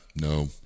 No